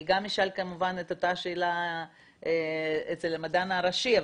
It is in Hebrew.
אני גם אשאל כמובן את אותה שאלה את המדען הראשי,